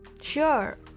sure